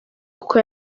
kuko